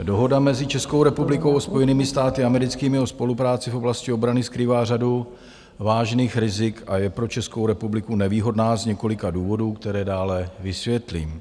Dohoda mezi Českou republikou a Spojenými státy americkými o spolupráci v oblasti obrany skrývá řadu vážných rizik a je pro Českou republiku nevýhodná z několika důvodů, které dále vysvětlím.